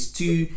two